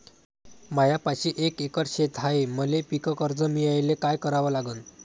मायापाशी एक एकर शेत हाये, मले पीककर्ज मिळायले काय करावं लागन?